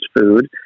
food